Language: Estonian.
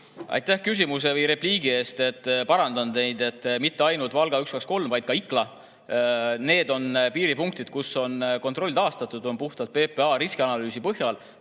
Aitäh küsimuse või repliigi eest! Parandan teid, et mitte ainult Valga üks, kaks ja kolm, vaid ka Ikla. Need on piiripunktid, kus on kontroll taastatud, puhtalt PPA riskianalüüsi põhjal.